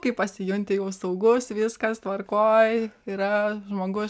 kai pasijunti saugus viskas tvarkoj yra žmogus